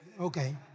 Okay